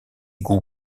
goûts